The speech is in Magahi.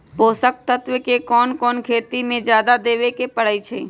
पोषक तत्व क कौन कौन खेती म जादा देवे क परईछी?